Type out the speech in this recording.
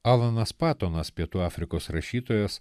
alanas patonas pietų afrikos rašytojas